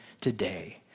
today